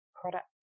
product